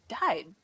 died